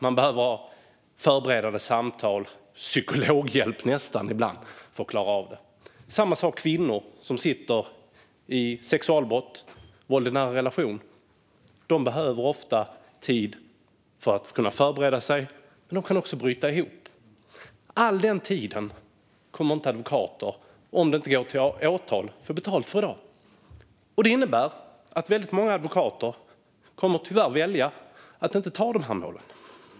Man behöver ha förberedande samtal med den unge, som ibland nästan behöver psykologhjälp för att klara av det. Samma sak gäller kvinnor som sitter i förhör om sexualbrott och våld i nära relation. De behöver ofta tid för att kunna förbereda sig, men de kan också bryta ihop. Om förundersökningen inte leder till åtal kommer advokaten i dag inte att få betalt för all denna tid. Det innebär att väldigt många advokater tyvärr kommer att välja att inte ta dessa mål.